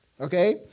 okay